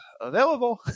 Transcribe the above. available